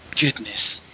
Goodness